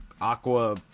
aqua